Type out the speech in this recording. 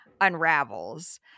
unravels